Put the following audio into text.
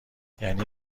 یعنی